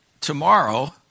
tomorrow